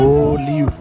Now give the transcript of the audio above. Holy